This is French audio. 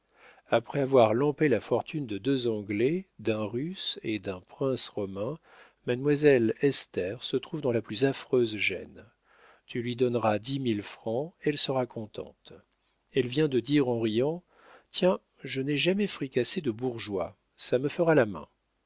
après avoir lampé la fortune de deux anglais d'un russe et d'un prince romain mademoiselle esther se trouve dans la plus affreuse gêne tu lui donneras dix mille francs elle sera contente elle vient de dire en riant tiens je n'ai jamais fricassé de bourgeois ça me fera la main